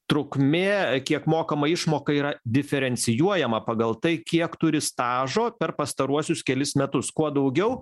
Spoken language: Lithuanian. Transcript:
trukmė kiek mokama išmoka yra diferencijuojama pagal tai kiek turi stažo per pastaruosius kelis metus kuo daugiau